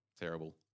Terrible